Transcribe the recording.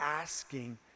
asking